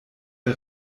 der